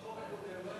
התשע"ב 2012,